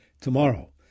tomorrow